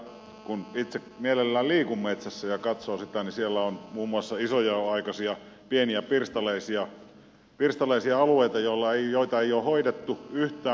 tällä hetkellä kun itse mielellään liikun metsässä ja katson sitä niin siellä on muun muassa isonjaon aikaisia pieniä pirstaleisia alueita joita ei ole hoidettu yhtään